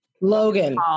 Logan